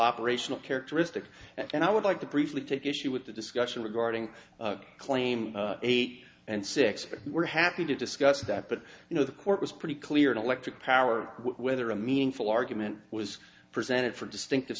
operational characteristics and i would like to briefly take issue with the discussion regarding claim eight and six but we're happy to discuss that but you know the court was pretty clear in electric power whether a meaningful argument was presented for distinctive